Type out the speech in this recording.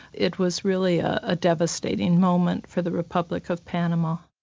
it was really a devastating moment for the republic of panama.